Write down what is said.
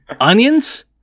Onions